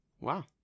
Wow